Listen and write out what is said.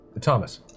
Thomas